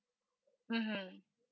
mmhmm